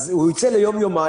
אז הוא יצא ליום-יומיים,